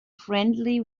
friendly